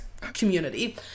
community